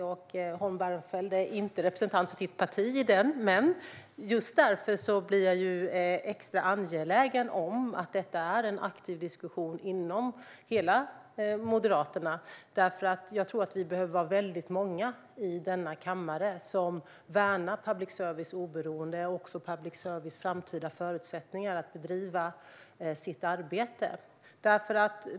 Holm Barenfeld är inte representant för sitt parti i den, men just därför blir jag extra angelägen om att detta ska vara en aktiv diskussion inom hela Moderaterna. Jag tror att vi behöver vara väldigt många i denna kammare som värnar public services oberoende och också public services framtida förutsättningar att bedriva sitt arbete.